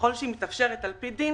ככל שהיא מתאפשרת על פי דין,